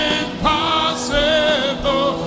impossible